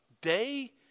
day